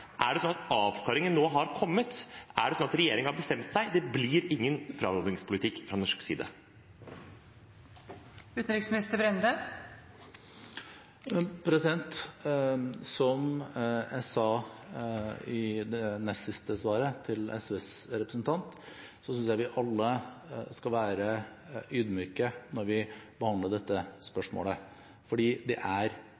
Er det sånn at avklaringen nå har kommet? Er det sånn at regjeringen har bestemt seg – det blir ingen frarådingspolitikk fra norsk side? Som jeg sa i det nest siste svaret, til SVs representant, synes jeg vi alle skal være ydmyke når vi behandler dette spørsmålet, for det er